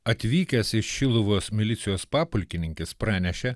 atvykęs iš šiluvos milicijos papulkininkis pranešė